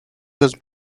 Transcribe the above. was